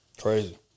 Crazy